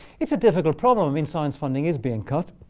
it's a difficult problem. and science funding is being cut.